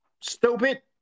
stupid